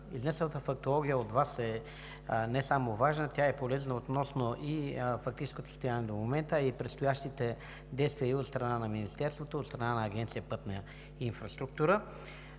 Изнесената фактология от Вас е не само важна, тя е полезна относно фактическото състояние до момента и предстоящите действия от страна на Министерството и на Агенция „Пътна инфраструктура“.